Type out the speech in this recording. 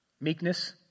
Meekness